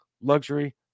Luxury